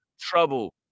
trouble